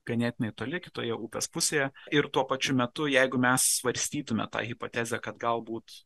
ganėtinai toli kitoje upės pusėje ir tuo pačiu metu jeigu mes svarstytume tą hipotezę kad galbūt